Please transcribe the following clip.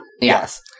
Yes